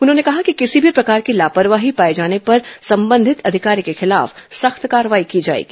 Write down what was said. उन्होंने कहा कि किसी भी प्रकार की लापरवाही पाए जाने पर संबंधित अधिकारी के खिलाफ सख्त कार्यवाही की जाएगी